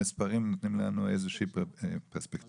המספרים נותנים לנו איזושהי פרספקטיבה.